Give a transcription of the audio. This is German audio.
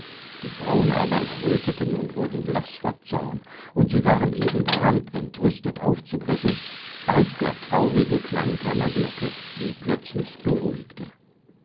die frauen aber erröteten und wurden blaß vor zorn und sie waren eben daran entrüstet aufzubrechen als der traurige klang einer glocke sie plötzlich beruhigte